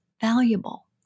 valuable